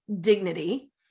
dignity